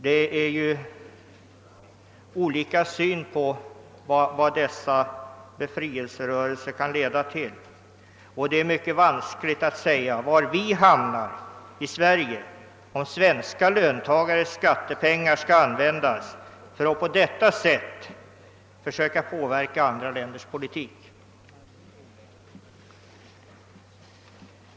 Man kan ju ha olika åsikter om vad dessa befrielserörelser kan leda till, och det är mycket vanskligt att säga var vi hamnar i Sverige om svenska löntagares skattepengar skall skall användas för att på detta sätt försöka påverka andra länders politik.